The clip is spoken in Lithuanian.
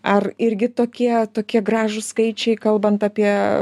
ar irgi tokie tokie gražūs skaičiai kalbant apie